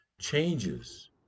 changes